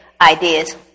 ideas